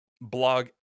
blog